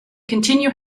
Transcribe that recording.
continue